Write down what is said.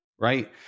right